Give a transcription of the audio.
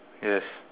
yes